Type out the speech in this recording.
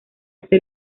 hace